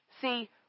See